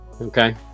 okay